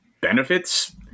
benefits